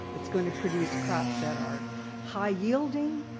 it's going to produce crops that are high yielding,